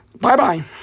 Bye-bye